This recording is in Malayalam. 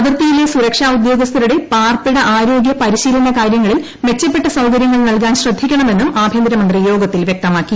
അതിർത്തിയിലെ സുരക്ഷ ഉദ്യോഗസ്ഥരുടെ പാർപ്പിട ആരോഗൃ പരിശീലന കാര്യങ്ങളിൽ മെച്ചപ്പെട്ട സൌകര്യങ്ങൾ നൽകാൻ ശ്രദ്ധിക്കണമെന്നും ആഭ്യന്തരമന്ത്രി യോഗത്തിൽ വ്യക്തമാക്കി